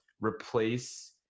replace